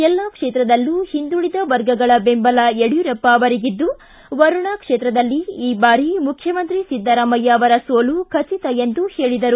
ಎಲ್ಲಾ ಕ್ಷೇತ್ರದಲ್ಲೂ ಹಿಂದುಳದ ವರ್ಗಗಳ ಬೆಂಬಲ ಯಡಿಯೂರಪ್ಪ ಅವರಿಗಿದ್ದು ವರುಣಾ ಕ್ಷೇತ್ರದಲ್ಲಿ ಈ ಬಾರಿ ಮುಖ್ಯಮಂತ್ರಿ ಸಿದ್ದರಾಮಯ್ಯ ಅವರ ಸೋಲು ಖಚಿತ ಎಂದು ಹೇಳಿದರು